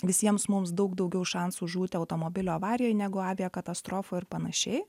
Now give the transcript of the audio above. visiems mums daug daugiau šansų žūti automobilio avarijoj negu aviakatastrofoj ir panašiai